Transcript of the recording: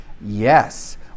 Yes